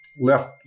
Left